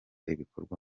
ibikorerwa